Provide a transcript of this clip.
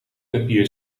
papier